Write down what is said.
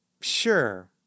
Sure